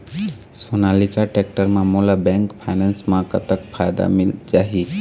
Sonalika tractor म मोला bank finance म कतक फायदा मिल जाही?